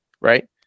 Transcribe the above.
right